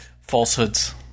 falsehoods